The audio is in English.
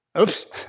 oops